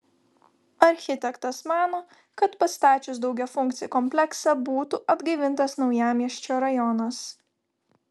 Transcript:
architektas mano kad pastačius daugiafunkcį kompleksą būtų atgaivintas naujamiesčio rajonas